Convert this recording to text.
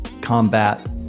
combat